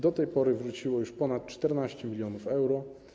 Do tej pory wróciło już ponad 14 mln euro.